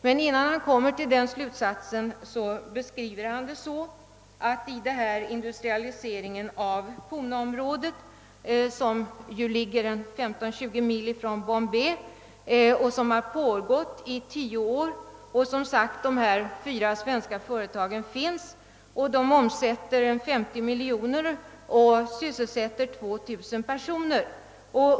Men innan han kommer till den slutsatsen, beskriver han den industrialisering av Poona-området — det ligger 15—20 mil från Bombay — som har pågått i tio år. Dessa fyra svenska företag omsätter där 50 miljoner kronor och sysselsätter 2000 personer.